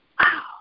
Wow